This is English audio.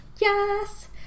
Yes